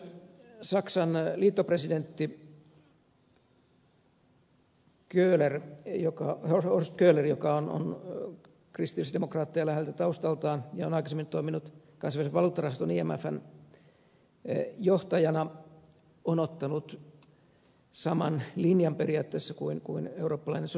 myös saksan liittopresidentti horst köhler joka on kristillisdemokraatteja lähellä taustaltaan ja on aikaisemmin toiminut kansainvälisen valuuttarahasto imfn johtajana on ottanut saman linjan periaatteessa kuin eurooppalainen sosiaalidemokratia